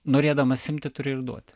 norėdamas imti turi ir duoti